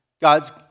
God's